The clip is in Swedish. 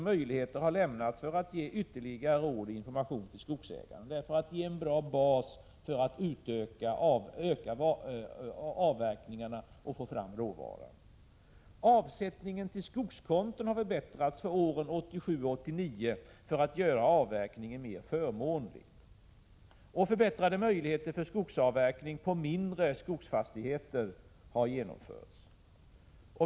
Möjligheter har också lämnats för att ge ytterligare råd och information till skogsägare, för att ge en bra bas för att utöka avverkningarna och få fram råvaran. Avsättningarna till skogskonton har förbättrats för åren 1987-1989, för att göra avverkningen mer förmånlig. Förbättrade möjligheter för skogsavverkning på mindre skogsfastigheter har genomförts.